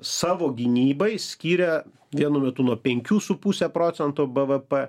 savo gynybai skyrė vienu metu nuo penkių su puse procento bvp